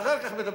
ואחר כך מדברים,